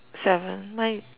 seven mine